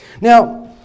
Now